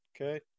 Okay